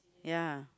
ya